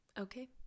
Okay